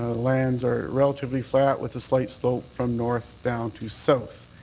ah lands are relatively flat with a slight slope from north down to south.